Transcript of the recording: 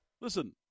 Listen